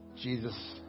Jesus